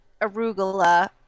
arugula